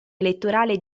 elettorale